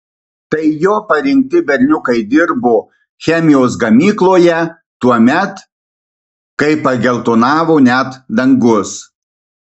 tai jo parinkti berniukai dirbo chemijos gamykloje tuomet kai pageltonavo net dangus